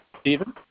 Stephen